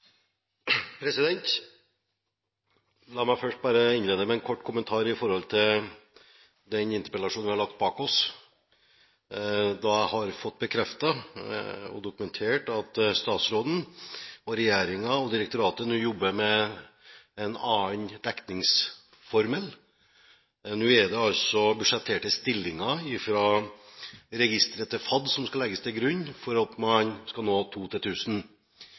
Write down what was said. La meg bare innlede med en kort kommentar knyttet til den interpellasjonen vi har lagt bak oss, da jeg har fått bekreftet og dokumentert at statsråden, regjeringen og direktoratet nå jobber med en annen dekningsformel. Nå er det altså budsjetterte stillinger fra registeret til FAD som skal legges til grunn for å nå to til